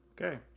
Okay